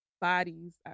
bodies